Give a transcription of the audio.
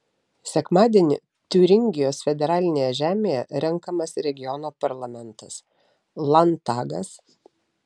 sekmadienį tiuringijos federalinėje žemėje renkamas regiono parlamentas landtagas